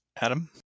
adam